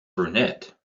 brunette